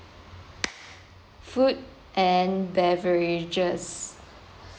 food and beverages